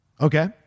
Okay